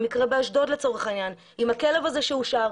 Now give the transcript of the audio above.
במקרה של הכלב באשדוד שהושאר כשהוא קשור,